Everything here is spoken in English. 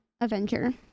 Avenger